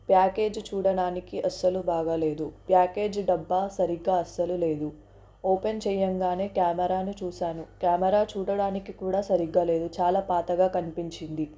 package చూడడానికి అస్సలు బాగాలేదు ప్యాకేజ్ డబ్బా సరిగా అసలు లేదు ఓపెన్ చేయగానే కెమెరాను చూశాను కెమెరా చూడడానికి కూడా సరిగా లేదు చాలా పాతగా కనిపించింది